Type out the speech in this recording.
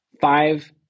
Five